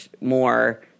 more